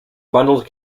bundled